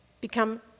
become